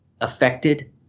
affected